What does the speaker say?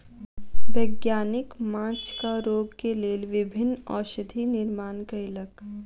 वैज्ञानिक माँछक रोग के लेल विभिन्न औषधि निर्माण कयलक